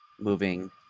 moving